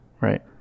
right